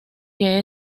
que